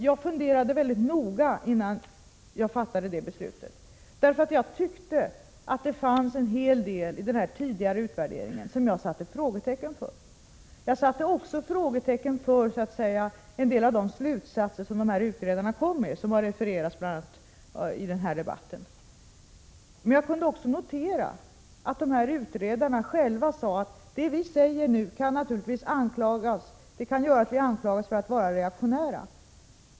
Jag funderade mycket noga innan jag fattade det beslutet, eftersom det fanns en hel del i den tidigare utvärderingen som jag satte frågetecken för. Jag satte också frågetecken för en del av de slutsatser som utredarna drog och som har refererats bl.a. i den här debatten. Men jag kunde även notera att dessa utredare själva sade att vad de nu anförde kunde göra att de anklagades för att vara reaktionära.